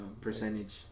percentage